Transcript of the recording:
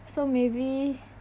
so maybe